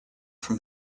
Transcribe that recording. from